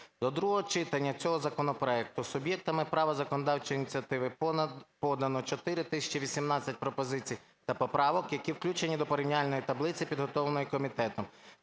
До другого читання цього законопроекту суб'єктами права законодавчої ініціативи подано 4 тисячі 18 пропозицій та поправок, які включені до порівняльної таблиці підготовленої комітетом.